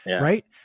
right